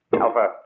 Alpha